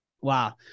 Wow